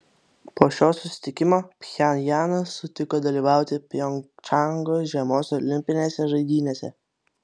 po šio susitikimo pchenjanas sutiko dalyvauti pjongčango žiemos olimpinėse žaidynėse